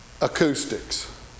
acoustics